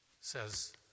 says